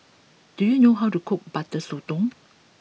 do you know how to cook Butter Sotong